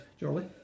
jolly